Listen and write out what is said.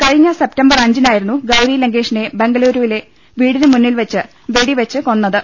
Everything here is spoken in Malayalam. കഴിഞ്ഞ സെപ്റ്റംബർ അഞ്ചിനായിരുന്നു ഗൌരി ലങ്കേഷിനെ ബംഗളൂരുവിലെ വീടിനു മുന്നിൽവെച്ച് വെടി വെച്ചു കൊന്നത്